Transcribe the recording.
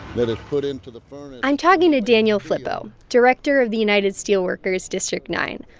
then it's put into the furnace. i'm talking to daniel flippo, director of the united steelworkers district nine,